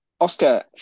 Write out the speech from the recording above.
Oscar